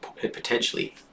potentially